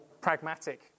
pragmatic